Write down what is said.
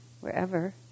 wherever